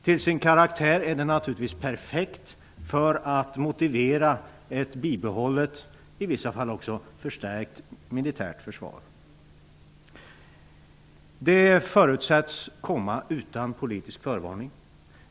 Till sin karaktär är det naturligtvis perfekt för att motivera ett bibehållet och i vissa fall också förstärkt militärt försvar. Det förutsätts komma utan politisk förvarning.